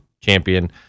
champion